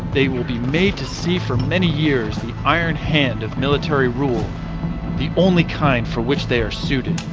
they will be made to see for many years the iron hand of military rule the only kind for which they are suited